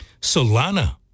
Solana